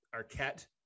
Arquette